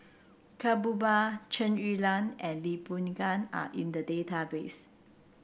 Ka Perumal Chen Su Lan and Lee Boon Ngan are in the database